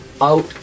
out